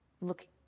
look